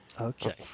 Okay